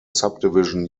subdivision